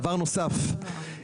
ולדבר נוסף.